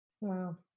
Wow